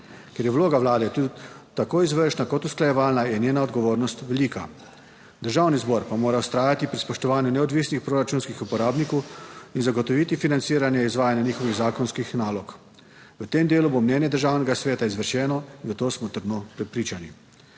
Ker je vloga Vlade tako izvršna kot usklajevalna, je njena odgovornost velika, Državni zbor pa mora vztrajati pri spoštovanju neodvisnih proračunskih uporabnikov in zagotoviti financiranje izvajanja njihovih zakonskih nalog. V tem delu bo mnenje Državnega sveta izvršeno, v to smo trdno prepričani.